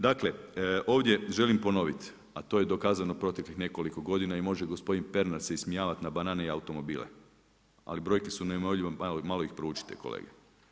Dakle ovdje želim ponoviti, a to je dokazano proteklih nekoliko godina i može gospodin Pernar se ismijavati na banane i automobile, ali brojke su neumoljive, malo ih proučite kolega.